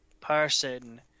person